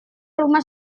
rumah